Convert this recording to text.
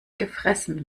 gefressen